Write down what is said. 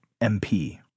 MP